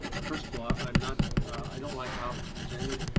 first of all, i'm not i don't like how it was presented.